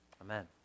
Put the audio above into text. Amen